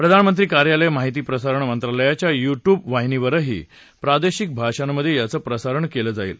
प्रधानमंत्री कार्यालय माहिती प्रसारण मंत्रालयच्या युट्युब वाहिनीवरही प्रादेशिक भाषांमध्ये याचं प्रसारण केलं जाईल